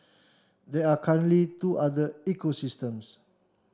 there are currently two other ecosystems